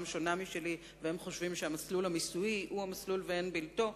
שונה משלי והם חושבים שהמסלול המיסויי הוא המסלול ואין בלתו,